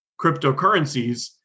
cryptocurrencies